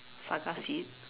saga seed